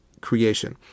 creation